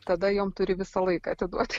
tada jom turi visą laiką atiduoti